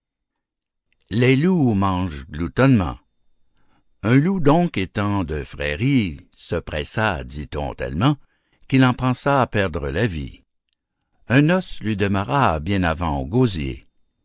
les loups mangent gloutonnement un loup donc étant de frairie se pressa dit-on tellement qu'il en pensa perdre la vie un os lui demeura bien avant au gosier